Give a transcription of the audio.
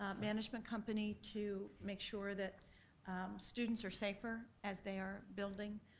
um management company, to make sure that students are safer as they are building.